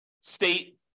state